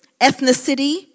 Ethnicity